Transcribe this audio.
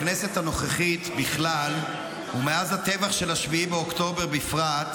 בכנסת הנוכחית בכלל ומאז הטבח של 7 באוקטובר בפרט,